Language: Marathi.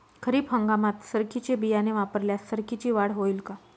खरीप हंगामात सरकीचे बियाणे वापरल्यास सरकीची वाढ होईल का?